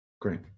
Great